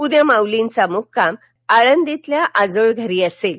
उद्या माऊलींचा मुक्काम आळंदीतल्या आजोळ घरी असेल